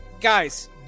guys